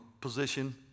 position